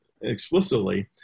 explicitly